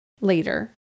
later